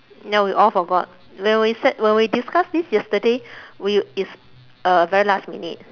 ya we all forgot when we said when we discussed this yesterday we it's uh very last minute